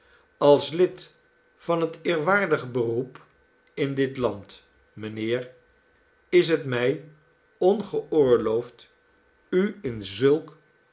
als lid van het eerwaardig beroep in dit land mijnheer is het mij ongeoorloofd u in zulk